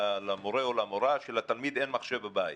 למורה שלתלמיד אין מחשב בבית.